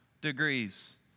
degrees